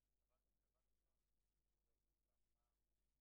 ושתשים את זה בתקציב הרגיל של המדינה.